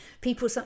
people